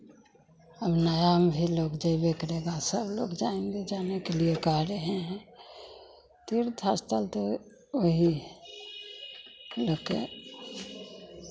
अब नया में भी लोग जैबे करेगा सब लोग जाएंगे जाने के लिए कह रहे हैं तीर्थ स्थल तो वही है की लोग के